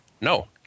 No